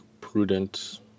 prudent